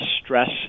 stress